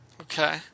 Okay